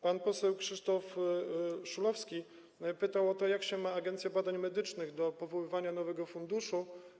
Pan poseł Krzysztof Szulowski pytał o to, jak Agencja Badań Medycznych ma się do powoływania nowego funduszu.